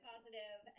Positive